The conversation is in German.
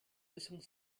lösung